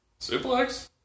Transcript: Suplex